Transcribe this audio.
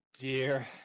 dear